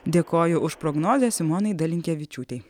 dėkoju už prognozę simonai dalinkevičiūtei